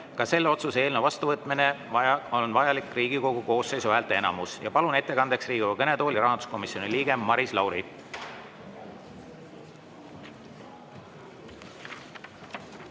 Ka selle otsuse eelnõu vastuvõtmiseks on vajalik Riigikogu koosseisu häälteenamus. Palun ettekandeks Riigikogu kõnetooli rahanduskomisjoni liikme Maris Lauri.